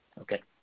okay